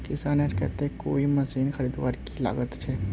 किसानेर केते कोई मशीन खरीदवार की लागत छे?